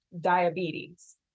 diabetes